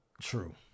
True